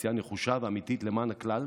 בעשייה נחושה ואמיתית למען הכלל,